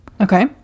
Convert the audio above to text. Okay